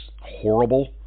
horrible